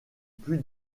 puy